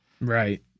Right